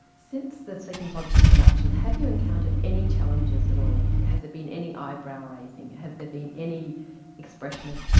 since the sleeping pod introduction have you encountered any challenges at all? has there been any eyebrow raising? has there been any expression of, you